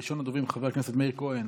ראשון הדוברים, חבר הכנסת מאיר כהן,